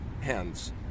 hands